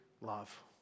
love